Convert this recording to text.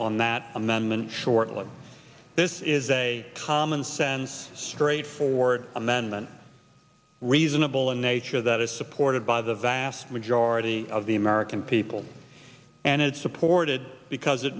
on that amendment shortly this is a commonsense straightforward amendment reasonable in nature that is supported by the vast majority of the american people and it's supported because it